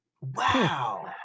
Wow